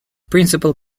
principal